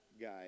guy